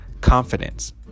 confidence